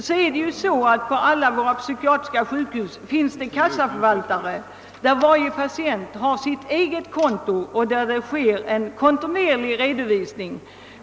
På alla våra psykiatriska sjukhus finns kassaförvaltare, hos vilken varje patient har sitt eget konto och där det sker en kontinuerlig redovisning.